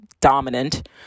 dominant